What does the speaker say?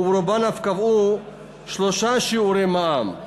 וברובן אף קבעו שלושה שיעורי מע"מ: